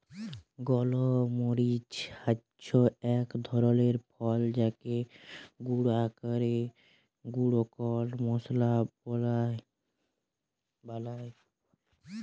গল মরিচ হচ্যে এক ধরলের ফল যাকে গুঁরা ক্যরে শুকল মশলা বালায়